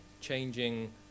changing